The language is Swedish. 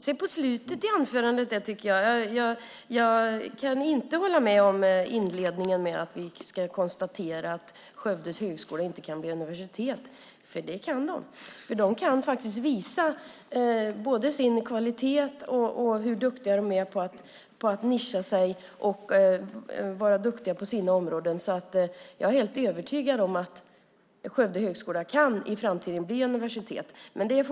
Herr talman! Det tog sig på slutet av inlägget, tycker jag! Jag kan inte hålla med om inledningen: att vi ska konstatera att Högskolan i Skövde inte kan bli universitet, för det kan de! De kan faktiskt visa både sin kvalitet och hur duktiga de är på att nischa sig inom sina områden. Jag är alltså helt övertygad om att Högskolan i Skövde i framtiden kan bli universitet. Men det